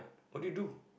what do you do